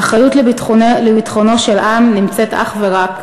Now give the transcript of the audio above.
האחריות לביטחונו של עם נמצאת אך ורק,